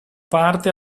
parte